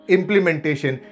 Implementation